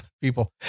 people